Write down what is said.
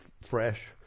fresh